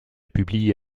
publié